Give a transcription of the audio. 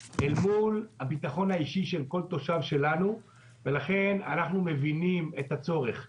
אל מול הביטחון האישי של כל תושב שלנו ולכן אנחנו מבינים את הצורך.